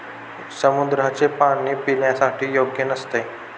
समुद्राचे पाणी पिण्यासाठी योग्य नसते